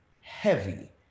heavy